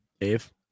Dave